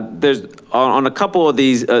there's on a couple of these,